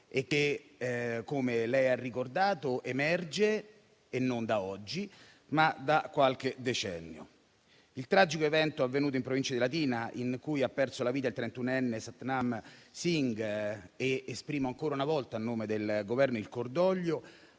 e che, come è stato ricordato, emergono non da oggi, ma da qualche decennio. Il tragico evento occorso in Provincia di Latina, in cui ha perso la vita il trentunenne Satnam Singh - esprimo ancora una volta a nome del Governo il cordoglio,